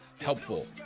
helpful